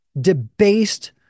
debased